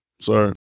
Sorry